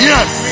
Yes